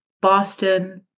Boston